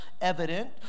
evident